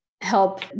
help